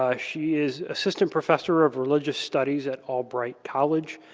ah she is assistant professor of religious studies at albright college.